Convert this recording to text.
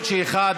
לעלות.